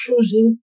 choosing